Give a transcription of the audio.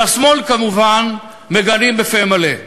והשמאל כמובן מגנים בפה מלא.